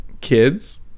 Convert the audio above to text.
Kids